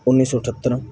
ਉੱਨੀ ਸੌ ਅਠੱਤਰ